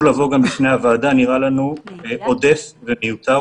לבוא בפני הוועדה נראה לנו עודף ומיותר.